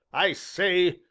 i say,